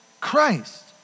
Christ